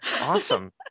Awesome